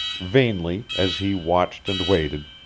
vainly, as he watched and waited,